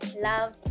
love